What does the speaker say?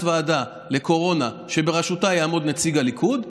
ועדה לקורונה שבראשותה יעמוד נציג הליכוד,